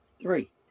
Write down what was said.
Three